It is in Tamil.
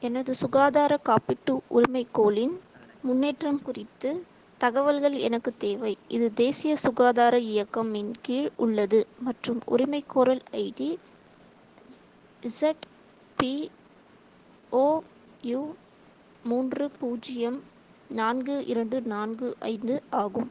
எனது சுகாதார காப்பீட்டு உரிமைகோலின் முன்னேற்றம் குறித்து தகவல்கள் எனக்கு தேவை இது தேசிய சுகாதார இயக்கமின் கீழ் உள்ளது மற்றும் உரிமைகோரல் ஐடி இசட்பிஓயு மூன்று பூஜ்யம் நான்கு இரண்டு நான்கு ஐந்து ஆகும்